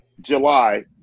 July